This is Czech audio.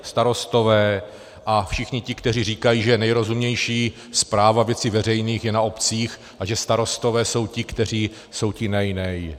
Starostové a všichni ti, kteří říkají, že nejrozumnější správa věcí veřejných je na obcích a že starostové jsou ti, kteří jsou ti nej nej.